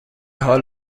حال